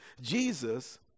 Jesus